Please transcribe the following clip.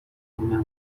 اونم